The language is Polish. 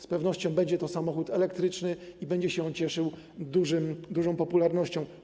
Z pewnością będzie to samochód elektryczny i będzie się on cieszył dużą popularnością.